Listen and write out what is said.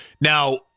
Now